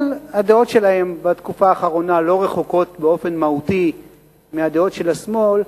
אבל הדעות שלה בתקופה האחרונה לא רחוקות באופן מהותי מהדעות של השמאל,